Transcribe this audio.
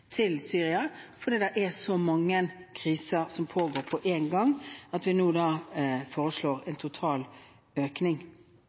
til Syria, er at det er så mange kriser som pågår på en gang at vi nå foreslår en total økning.